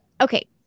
Okay